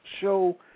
show